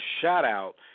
shout-out